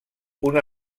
una